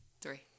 three